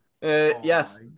yes